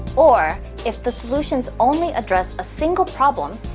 or, if the solutions only address a single problem,